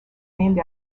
named